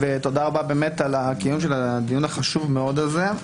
תודה רבה על קיום הדיון החשוב מאוד הזה.